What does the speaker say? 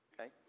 okay